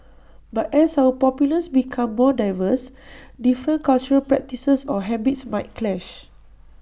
but as our populace becomes more diverse different cultural practices or habits might clash